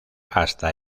hasta